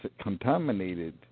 contaminated